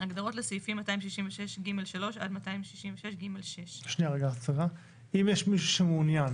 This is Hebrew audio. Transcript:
הגדרות לסעיפים 266ג3 עד 266ג6. אם יש מישהו שמעוניין